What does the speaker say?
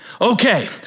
Okay